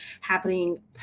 happening